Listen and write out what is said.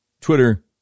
Twitter